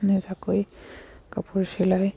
নিজাকৈ কাপোৰ চিলাই